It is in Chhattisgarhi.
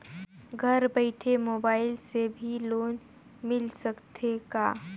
घर बइठे मोबाईल से भी लोन मिल सकथे का?